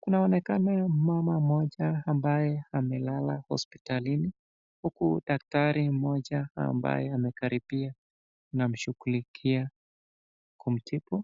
Kunaonekana mama moja ambaye amelala hospitalini huku daktari moja ambaye amekaribia anamshughulikia kumtibu.